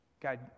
God